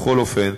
בכל אופן,